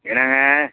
என்னங்க